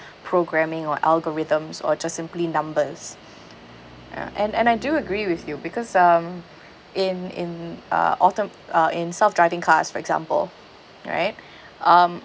programming or algorithms or just simply numbers uh and and I do agree with you because um in in uh autom~ uh in self-driving cars for example right um